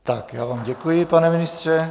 Tak, já vám děkuji, pane ministře.